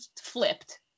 flipped